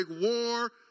war